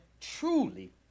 truly